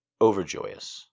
overjoyous